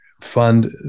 fund